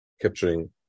capturing